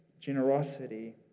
generosity